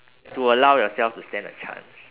to allow yourself to stand a chance